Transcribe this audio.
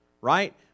right